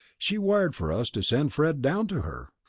she wired for us to send fred down to her.